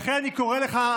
לכן אני קורא לך,